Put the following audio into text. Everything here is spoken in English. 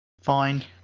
Fine